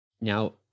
Now